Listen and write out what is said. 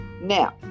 now